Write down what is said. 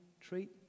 treat